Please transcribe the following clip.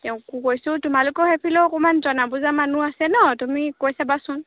তেওঁকো কৈছোঁ তোমালোকৰ সেইফালেও অকণমান জনা বুজা মানুহ আছে নহ্ তুমি কৈ চাবাচোন